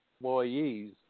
employees